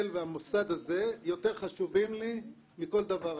והמוסד הזה יותר חשובים לי מכל דבר אחר.